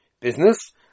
business